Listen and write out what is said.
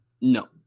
No